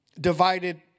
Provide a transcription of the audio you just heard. divided